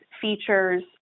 features